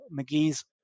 McGee's